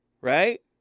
Right